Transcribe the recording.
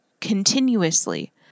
continuously